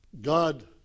God